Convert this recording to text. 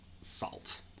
salt